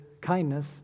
kindness